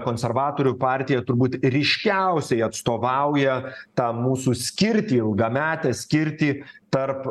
konservatorių partija turbūt ryškiausiai atstovauja tą mūsų skirtį ilgametę skirtį tarp